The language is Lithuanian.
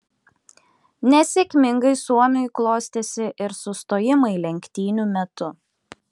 nesėkmingai suomiui klostėsi ir sustojimai lenktynių metu